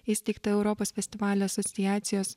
įsteigtą europos festivalių asociacijos